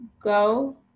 go